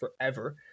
forever